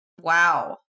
Wow